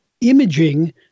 imaging